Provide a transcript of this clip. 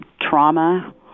trauma